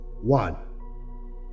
One